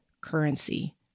currency